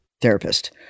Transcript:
therapist